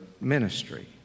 ministry